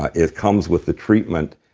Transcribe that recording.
ah it comes with the treatment.